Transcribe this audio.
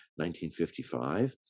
1955